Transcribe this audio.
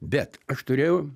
bet aš turėjau